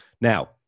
now